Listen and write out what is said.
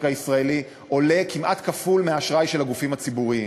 הישראלי עולה כמעט כפול מהאשראי של הגופים הציבוריים.